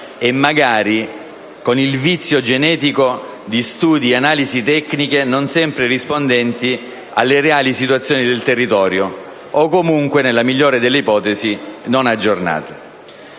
e magari con il vizio genetico di studi e analisi tecniche non sempre rispondenti alle reali situazioni del territorio o, comunque, nella migliore delle ipotesi, non aggiornati.